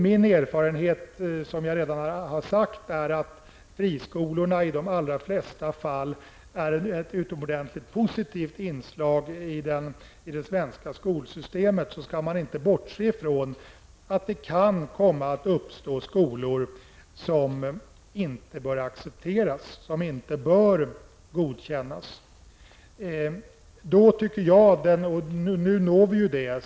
Min erfarenhet är att friskolorna i de allra flesta fall är ett utomordentligt positivt inslag i det svenska skolsystemet, men man skall inte bortse ifrån att det kan komma att uppstå skolor som inte bör accepteras, som inte bör godkännas.